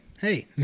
hey